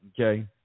okay